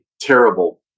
terrible